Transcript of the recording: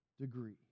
degree